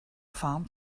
farm